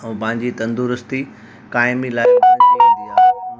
ऐं पंहिंजी तंदुरुस्ती काइम ईंदी आहे